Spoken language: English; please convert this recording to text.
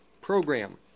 program